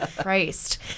Christ